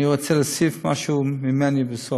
אני רוצה להוסיף משהו ממני בסוף.